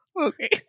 Okay